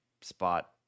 spot